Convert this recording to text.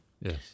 Yes